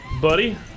Buddy